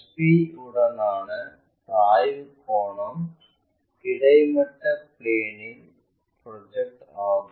HP உடனான சாய்வுக் கோணம் கிடைமட்ட பிளேனில் ப்ரொஜெக்ட் ஆகும்